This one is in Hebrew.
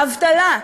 אבטלה,